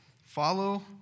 Follow